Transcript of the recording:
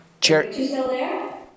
Chair